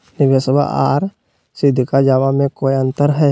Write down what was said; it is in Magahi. निबेसबा आर सीधका जमा मे कोइ अंतर हय?